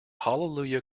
hallelujah